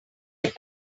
have